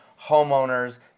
homeowners